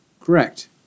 Correct